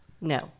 No